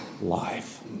Life